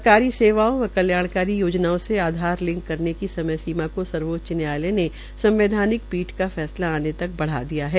सरकारी सेवाओं व कल्याणकारी योजनाओं से आधार कार्ड लिंक करने की समय सीमा को सर्वोच्च नयायालय ने संवैदयानिक पीठ का फैसला आने तक बढ़ा दिया है